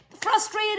frustrated